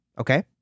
okay